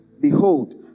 Behold